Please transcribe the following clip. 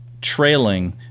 trailing